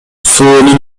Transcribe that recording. суунун